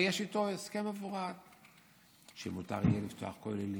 ויש איתו הסכם מפורש שמותר יהיה לפתוח כוללים,